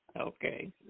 Okay